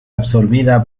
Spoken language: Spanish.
absorbida